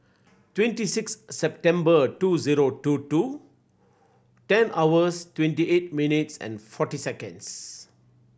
twenty six September two zero two two ten hours twenty eight minutes and forty seconds